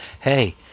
hey